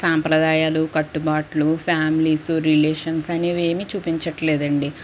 సాంప్రదాయాలు కట్టుబాట్లు families relations అనేవి ఏమి చూపించట్లేదు అండి